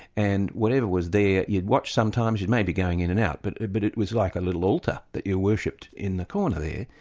and whatever was there you'd watch sometimes, you'd maybe be going in and out, but it but it was like a little altar that you worshipped in the corner there.